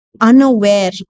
unaware